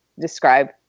describe